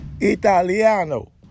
Italiano